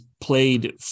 played